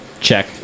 Check